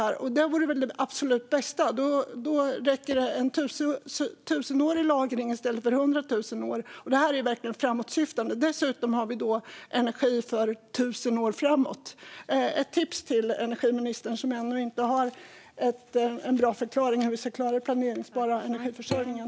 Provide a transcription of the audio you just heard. Det här vore väl det absolut bästa - då räcker det med lagring i tusen år i stället för hundra tusen år. Det är verkligen framåtsyftande. Då har vi dessutom energi för tusen år framåt. Ett tips till energiministern, som ännu inte har en bra förklaring hur vi ska klara den planerbara energiförsörjningen.